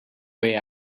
way